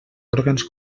òrgans